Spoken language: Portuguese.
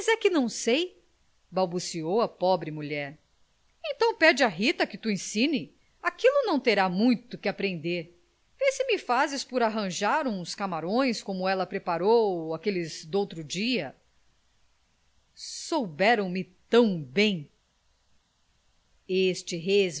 que não sei balbuciou a pobre mulher pede então à rita que to ensine aquilo não terá muito que aprender vê se me fazes por arranjar uns camarões como ela preparou aqueles doutro dia souberam me tão bem este